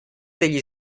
degli